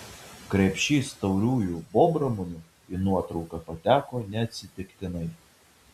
krepšys tauriųjų bobramunių į nuotrauką pateko neatsitiktinai